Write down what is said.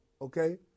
okay